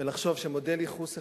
בלחשוב שמודל ייחוס אחד,